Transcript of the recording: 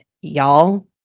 y'all